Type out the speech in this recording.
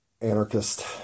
anarchist